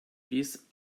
bis